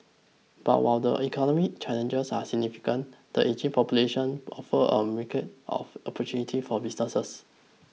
but while the economy challenges are significant the ageing population offers a of opportunities for businesses